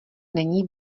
není